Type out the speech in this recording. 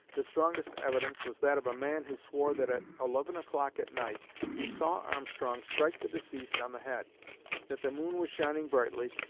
the strongest evidence was that of a man who swore that at eleven o'clock at night he saw armstrong strike the deceased on the head that the moon was shining brightly,